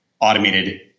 automated